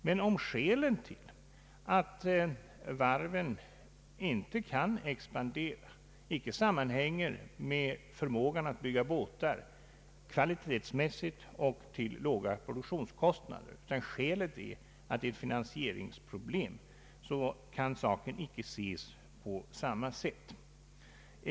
Men om orsaken till att varven i dag inte kan expandera inte sammanhänger med förmågan att bygga båtar, kvalitetsmässigt och till låga produktionskostnader, utan med finansieringsproblem så kan saken inte ses på samma sätt.